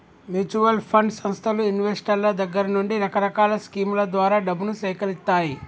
mutual fund సంస్థలు ఇన్వెస్టర్ల దగ్గర నుండి రకరకాల స్కీముల ద్వారా డబ్బును సేకరిత్తాయి